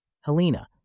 Helena